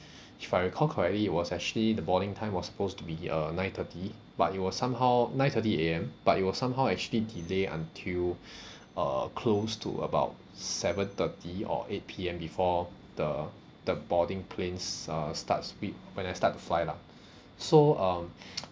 if I recall correctly it was actually the boarding time was supposed to be uh nine thirty but it was somehow nine thirty A_M but it was somehow actually delay until uh close to about seven thirty or eight P_M before the the boarding planes uh starts wi~ when I start to fly lah so um